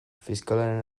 fiskalaren